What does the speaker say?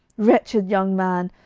wretched young man,